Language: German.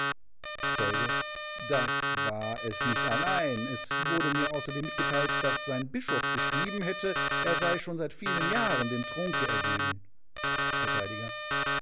zeuge das war es nicht allein es wurde mir außerdem mitgeteilt daß sein bischof geschrieben hatte er sei schon seit vielen jahren dem trunke ergeben